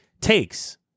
takes